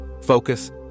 focus